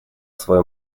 свой